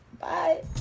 Bye